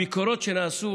הביקורות שנעשו